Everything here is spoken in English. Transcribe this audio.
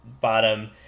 bottom